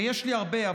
ויש לי הרבה.